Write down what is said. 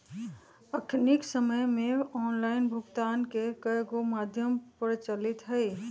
अखनिक समय में ऑनलाइन भुगतान के कयगो माध्यम प्रचलित हइ